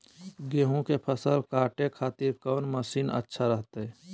गेहूं के फसल काटे खातिर कौन मसीन अच्छा रहतय?